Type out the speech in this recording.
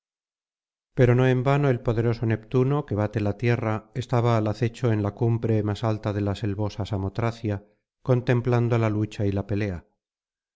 pero no en vano el poderoso neptuno que bate la tierra estaba al acecho en la cumbre más alta de la selvosa samotracia contemplando la lucha y la pelea